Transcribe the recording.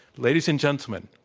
ladies and gentlemen,